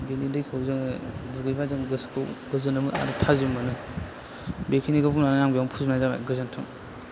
बेनि दैखौ दुगैबा जोङो गोसोखौ गोजोननाय मोनो आरो थाजिम मोनो बेखिनिखौ बुंनानै बेयावनो फोजोबनाय जाबाय